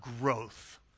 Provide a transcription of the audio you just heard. growth